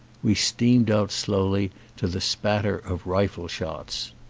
we steamed out slowly to the spatter of rifle shots.